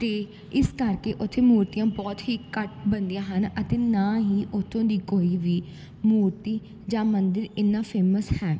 ਅਤੇ ਇਸ ਕਰਕੇ ਉੱਥੇ ਮੂਰਤੀਆਂ ਬਹੁਤ ਹੀ ਘੱਟ ਬਣਦੀਆਂ ਹਨ ਅਤੇ ਨਾ ਹੀ ਉੱਥੋਂ ਦੀ ਕੋਈ ਵੀ ਮੂਰਤੀ ਜਾਂ ਮੰਦਰ ਇੰਨਾ ਫੇਮਸ ਹੈ